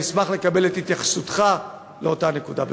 אני אשמח לקבל את התייחסותך לאותה נקודה.